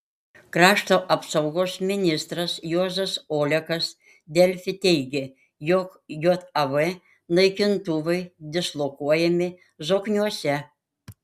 krašto apsaugos ministras juozas olekas delfi teigė jog jav naikintuvai dislokuojami zokniuose